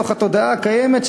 בתוך התודעה הקיימת,